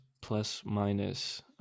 plus-minus